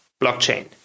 blockchain